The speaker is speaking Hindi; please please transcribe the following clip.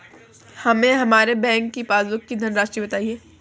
हमें हमारे बैंक की पासबुक की धन राशि बताइए